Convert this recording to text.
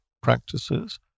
practices